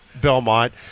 Belmont